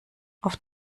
auf